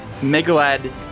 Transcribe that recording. Megalad